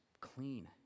clean